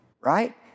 right